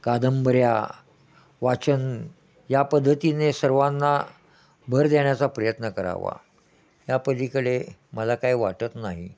कादंबऱ्या वाचन या पद्धतीने सर्वांना भर देण्याचा प्रयत्न करावा या पलीकडे मला काय वाटत नाही